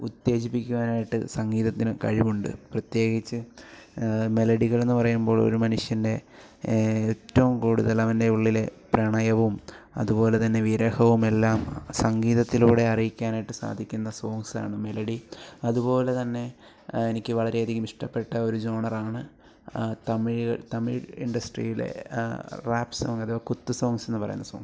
ഉത്തേജിപ്പിക്കുവാനായിട്ട് സംഗീതത്തിന് കഴിവുണ്ട് പ്രത്യേകിച്ച് മെലഡികളെന്ന് പറയുമ്പോൾ ഒരു മനുഷ്യൻ്റെ ഏറ്റവും കൂടുതലവൻ്റെ ഉള്ളിലെ പ്രണയവും അതുപോലെത്തന്നെ വിരഹവുമെല്ലാം സംഗീതത്തിലൂടെ അറിയിക്കാനായിട്ട് സാധിക്കുന്ന സോങ്സാണ് മെലഡി അതുപോലെത്തന്നെ എനിക്ക് വളരെയധികം ഇഷ്ടപ്പെട്ട ഒരു ജോണറാണ് തമിഴ് തമിഴ് ഇൻഡസ്ട്രിയിലെ റാപ് സോങ് അഥവാ കുത്ത് സോങ്സെന്ന് പറയുന്ന സോങ്സ്